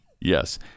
Yes